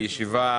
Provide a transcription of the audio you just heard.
הישיבה נעולה.